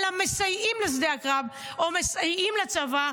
אלא מסייעים לשדה הקרב או מסייעים לצבא.